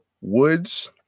Woods